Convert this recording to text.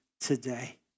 today